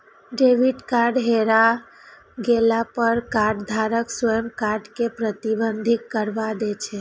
debit card हेरा गेला पर कार्डधारक स्वयं कार्ड कें प्रतिबंधित करबा दै छै